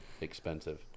expensive